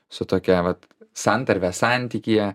su tokia vat santarve santykyje